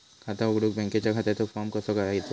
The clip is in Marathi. खाता उघडुक बँकेच्या खात्याचो फार्म कसो घ्यायचो?